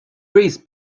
race